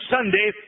Sunday